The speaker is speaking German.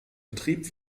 betrieb